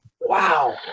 Wow